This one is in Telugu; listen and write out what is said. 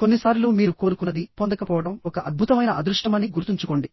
కొన్నిసార్లు మీరు కోరుకున్నది పొందకపోవడం ఒక అద్భుతమైన అదృష్టమని గుర్తుంచుకోండి